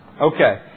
Okay